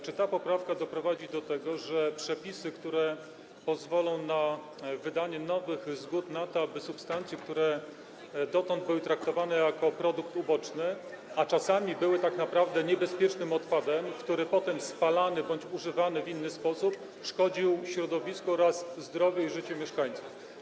Czy ta poprawka doprowadzi do tego, że przepisy, które pozwolą na wydanie nowych zgód na to, aby substancje, które dotąd były traktowane jako produkt uboczny, a czasami były tak naprawdę niebezpiecznym odpadem, który potem spalany bądź używany w inny sposób szkodził środowisku oraz zdrowiu i życiu mieszkańców.